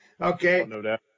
okay